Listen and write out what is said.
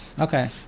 Okay